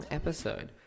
episode